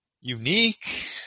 unique